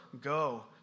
go